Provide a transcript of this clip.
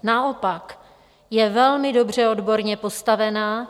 Naopak, je velmi dobře odborně postavená.